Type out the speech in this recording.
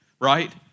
right